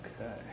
Okay